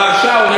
המהרש"א אומר,